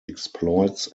exploits